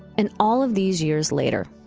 and all of these years later,